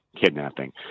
kidnapping